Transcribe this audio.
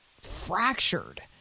fractured